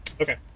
Okay